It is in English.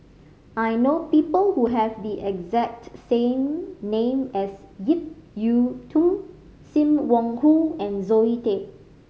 I know people who have the exact same name as Ip Yiu Tung Sim Wong Hoo and Zoe Tay